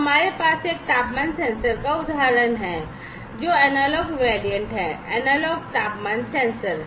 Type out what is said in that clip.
तो हमारे पास एक तापमान सेंसर का उदाहरण है जो एनालॉग वैरिएंट है एनालॉग तापमान सेंसर